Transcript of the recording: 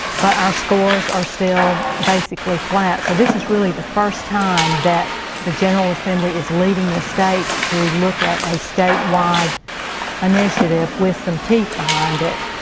but our scores are still basically flat. so this is really the first time that the general assembly is leading the state to look at a statewide initiative with some teeth behind it.